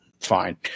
fine